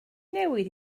newid